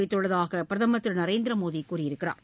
வைத்துள்ளதாக பிரதமர் திரு நரேந்திர மோடி கூறியிருக்கிறார்